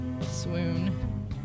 Swoon